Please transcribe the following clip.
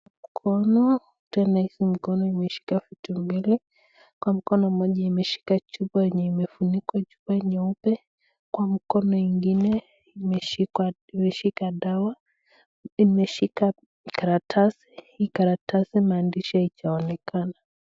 Mkono, tena hizi mkono imeshika vitu mbili, kwa mkono moja imeshika chupa yenye imefunikwa, chupa nyeupe, kwa mkono ingine imeshika dawa, imeshika karatasi, hii karatasi maandishi haijaonekana.